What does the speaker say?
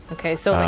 Okay，so